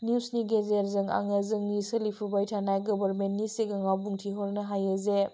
निउसनि गेजेरजों आङो जोंनि सोलिफुबाय थानाय गभार्मेन्टनि सिगाङाव बुंथिहरनो हायो जे